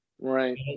right